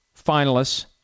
finalists